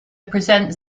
presents